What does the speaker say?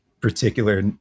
particular